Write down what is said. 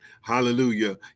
Hallelujah